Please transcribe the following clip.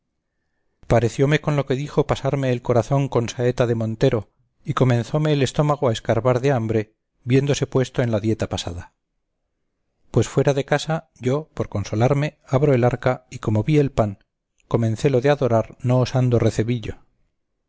mí parecióme con lo que dijo pasarme el corazón con saeta de montero y comenzóme el estómago a escarbar de hambre viéndose puesto en la dieta pasada fue fuera de casa yo por consolarme abro el arca y como vi el pan comencélo de adorar no osando recebillo